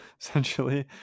essentially